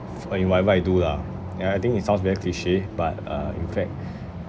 for in whatever I do lah and I think it sounds very cliche but uh in fact